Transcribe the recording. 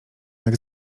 jak